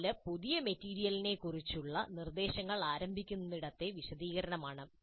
4 പുതിയ മെറ്റീരിയലിനെക്കുറിച്ചുള്ള നിർദ്ദേശങ്ങൾ ആരംഭിക്കുന്നിടത്തെ വിശദീകരണമാണ്